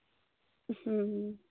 اہ